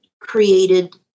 created